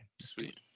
Sweet